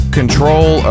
control